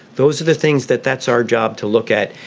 those are the things that that's our job to look at.